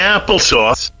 Applesauce